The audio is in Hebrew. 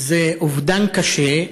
זה אובדן קשה,